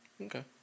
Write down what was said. Okay